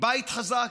בית חזק,